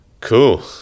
Cool